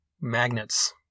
magnets